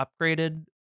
upgraded